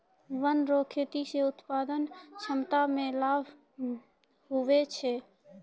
वन रो खेती से उत्पादन क्षमता मे लाभ हुवै छै